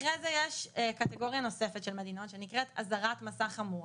אחרי זה יש קטגוריה נוספת של מדינות שנקראת אזהרת מסע חמורה,